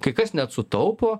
kai kas net sutaupo